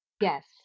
yes